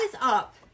up